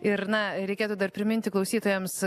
ir na reikėtų dar priminti klausytojams